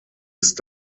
ist